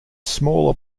smaller